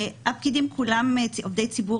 הפקידים כולם עובדי ציבור,